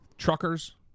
Truckers